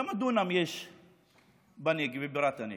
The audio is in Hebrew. כמה דונם יש בנגב ובבירת הנגב?